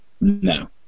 No